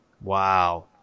Wow